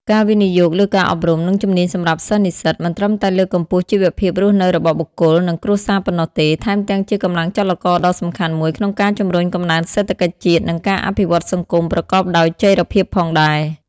ការវិនិយោគលើការអប់រំ និងជំនាញសម្រាប់សិស្សនិស្សិត មិនត្រឹមតែលើកកម្ពស់ជីវភាពរស់នៅរបស់បុគ្គល និងគ្រួសារប៉ុណ្ណោះទេ ថែមទាំងជាកម្លាំងចលករដ៏សំខាន់មួយក្នុងការជំរុញកំណើនសេដ្ឋកិច្ចជាតិ និងការអភិវឌ្ឍសង្គមប្រកបដោយចីរភាពផងដែរ។